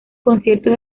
conciertos